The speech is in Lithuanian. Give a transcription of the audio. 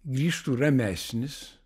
grįžtu ramesnis